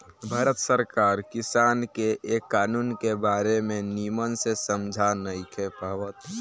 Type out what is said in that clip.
भारत सरकार किसान के ए कानून के बारे मे निमन से समझा नइखे पावत